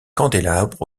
candélabres